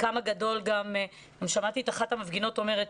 אני שמעתי את אחת המפגינות אומרת,